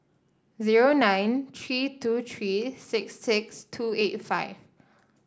zero nine three two three six six two eight five